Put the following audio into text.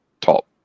top